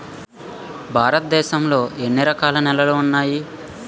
భారతదేశం లో ఎన్ని రకాల నేలలు ఉన్నాయి?